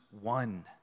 one